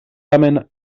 tamen